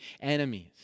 enemies